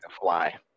fly